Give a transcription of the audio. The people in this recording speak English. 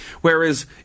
Whereas